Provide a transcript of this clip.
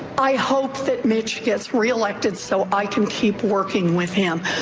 i hope that mitch gets reelected so i can keep working with him.